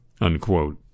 unquote